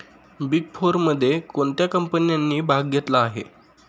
Big फोरमध्ये कोणत्या कंपन्यांनी भाग घेतला आहे?